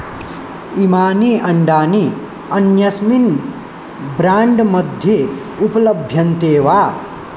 इमानि अण्डानि अन्यस्मिन् ब्राण्ड् मध्ये उपलभ्यन्ते वा